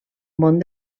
món